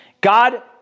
God